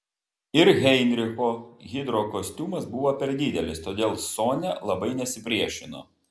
ir heinricho hidrokostiumas buvo per didelis todėl sonia labai nesipriešino